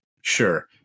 Sure